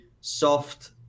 soft